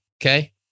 okay